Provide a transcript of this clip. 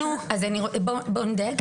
בוא נדייק.